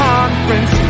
Conference